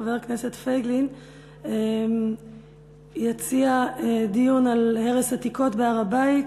חבר הכנסת פייגלין יציע דיון על הרס עתיקות בהר-הבית,